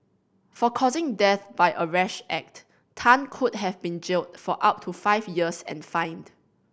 for causing death by a rash act Tan could have been jailed for up to five years and fined